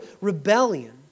rebellion